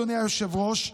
אדוני היושב-ראש,